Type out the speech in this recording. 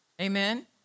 amen